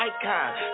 icon